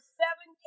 seven